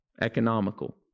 economical